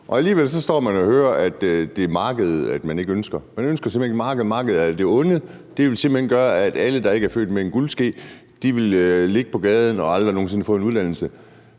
Alligevel står man og siger, at det er markedet, man ikke ønsker. Man ønsker simpelt hen ikke markedet. Markedet er det onde, og det vil simpelt hen gøre, at alle, der ikke er født med en guldske i munden, vil ligge på gaden og aldrig nogen sinde få en uddannelse.